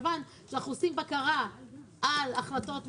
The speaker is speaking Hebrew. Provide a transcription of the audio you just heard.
מכיוון שאנחנו עושים בקרה על החלטות ממשלה,